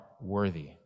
worthy